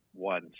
one